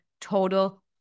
total